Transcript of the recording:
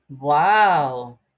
Wow